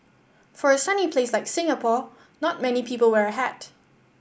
for a sunny place like Singapore not many people wear a hat